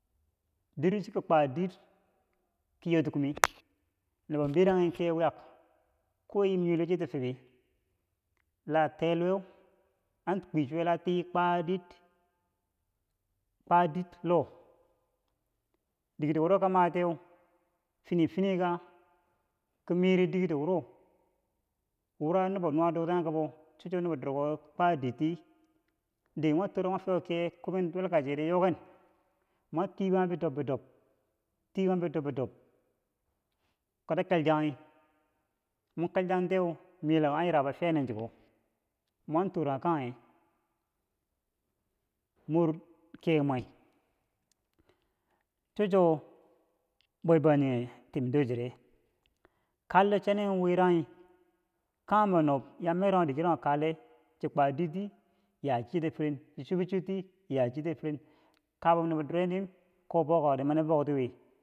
diro chi ki kwadir ki yoti kume nubo beranghen kiye wiyek kowa yiim nyelo chek tifube la- teloweu an kwi chuwela tii kwa dir kwa dit loh digedo wuro ba matiyeu, fini finiyeka kom miyere digedo wuro wura nubo nuwa dotanghe ka bau cho cho nubo durko kwadirti dike mo tora mwa fiya kiye komi dowalka chek di yoken mo ka tibounghi bidob bidob tii bong bidob bidob kata kilchanghi mo kilchanghi tiyeu melako an yerau bou fiya neen choko mon tora kanghe mor kemwe cho cho bwebangjinghe tim dur chera kallo chane winranghe kanghembo nob ya merangheu diger kanghe kala chi kwadir dii yacheti firen chobichor tiri yacheti firen kabum nubo dur dir ko bokako tii mani bouti win.